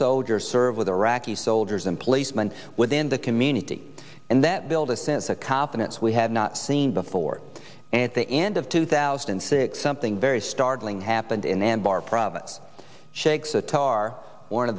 soldiers serve with iraqi soldiers and placement within the community and that build a sense a confidence we had not seen before at the end of two thousand and six something very startling happened in anbar province shakes atar